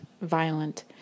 violent